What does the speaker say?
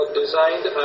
designed